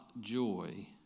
joy